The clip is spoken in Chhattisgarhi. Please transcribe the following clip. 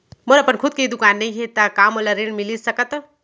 मोर अपन खुद के दुकान नई हे त का मोला ऋण मिलिस सकत?